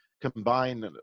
combine